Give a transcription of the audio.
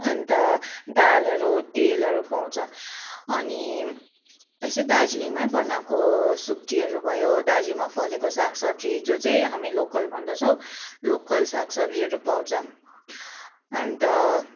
अन्त दालहरू तेलहरू पाउँछ अनि यस्तै दार्जिलिङमै बनाएको सुकुटीहरू भयो दार्जिलिङमा फलेको सागसब्जी जो चाहिँ हामी लोकल भन्दछौँ लोकल सागसब्जीहरू पाउँछ अन्त